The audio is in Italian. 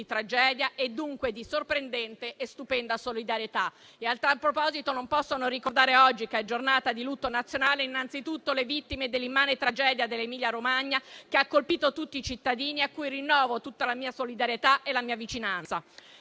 tragedia, e dunque di sorprendente e stupenda solidarietà. A tal proposito, non posso non ricordare oggi, che è giornata di lutto nazionale, innanzitutto le vittime dell'immane tragedia dell'Emilia-Romagna, che ha colpito tutti i cittadini, a cui rinnovo tutta la mia solidarietà e la mia vicinanza.